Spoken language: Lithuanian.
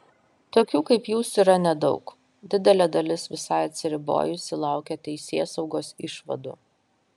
tokių kaip jūs yra nedaug didelė dalis visai atsiribojusi laukia teisėsaugos išvadų